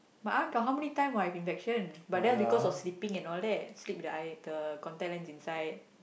but uh how many times what I have infection but because of sleeping sleep the eye the contact lens inside